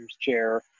chair